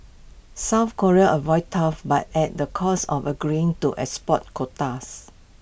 south Korea avoided tariffs but at the cost of agreeing to export quotas